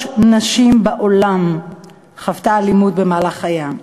נשים בעולם חוותה אלימות במהלך חייה.